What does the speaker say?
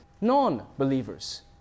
non-believers